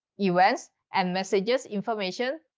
events, and messages information,